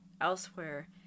elsewhere